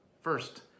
first